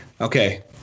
Okay